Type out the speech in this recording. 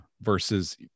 versus